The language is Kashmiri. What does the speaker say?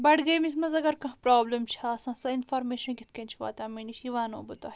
بڈگٲمِس منٛز اگر کانٛہہ پروبلِم چھ آسان سۄ انفارمیشَن کِتھ کٔنۍ چھ واتان مےٚ نِش یہِ ونہٕ ہَو بہٕ تۄہہِ